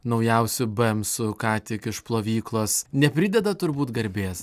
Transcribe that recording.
naujausiu bemsu ką tik iš plovyklos neprideda turbūt garbės